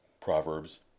Proverbs